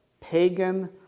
pagan